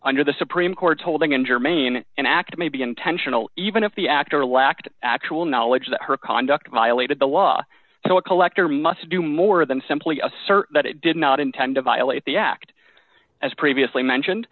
under the supreme court's holding and germane an act may be intentional even if the actor lacked actual knowledge that her conduct violated the law so a collector must do more than simply assert that it did not intend to violate the act as previously mentioned